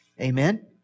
Amen